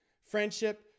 Friendship